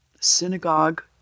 synagogue